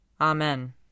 Amen